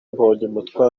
mbonyumutwa